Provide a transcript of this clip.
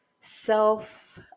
self